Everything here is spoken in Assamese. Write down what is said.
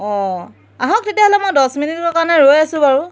অঁ আহক তেতিয়াহ'লে মই দহ মিনিটৰ কাৰণে ৰৈ আছো বাৰু